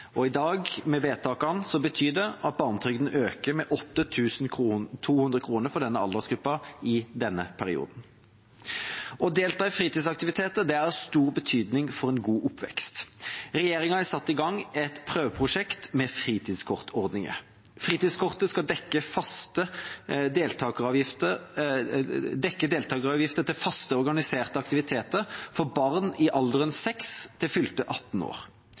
I dag, med vedtakene, betyr det at barnetrygden øker med 8 200 kr for denne aldersgruppa i denne perioden. Å delta i fritidsaktiviteter er av stor betydning for en god oppvekst. Regjeringa har satt i gang et prøveprosjekt med fritidskortordninger. Fritidskortet skal dekke deltakeravgifter til faste, organiserte aktiviteter for barn i alderen 6 til fylte 18 år.